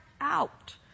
out